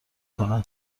کنن